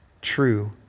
True